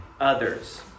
others